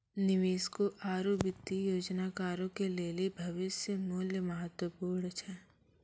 निवेशकों आरु वित्तीय योजनाकारो के लेली भविष्य मुल्य महत्वपूर्ण छै